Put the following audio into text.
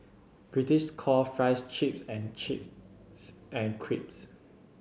British call fries chips and chips